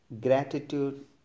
Gratitude